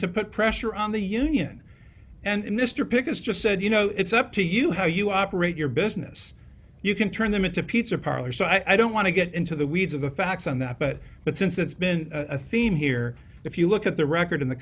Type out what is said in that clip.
to put pressure on the union and mr pickens just said you know it's up to you how you operate your business you can turn them into pizza parlors so i don't want to get into the weeds of the facts on that but but since that's been a theme here if you look at the record in the